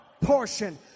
portion